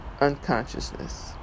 unconsciousness